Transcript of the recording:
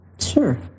Sure